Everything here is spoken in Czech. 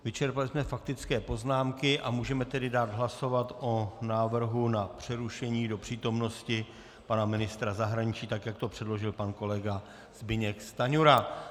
Vyčerpali jsme faktické poznámky a můžeme tedy dát hlasovat o návrhu na přerušení do přítomnosti pana ministra zahraničí, tak jak to předložil pan kolega Zbyněk Stanjura.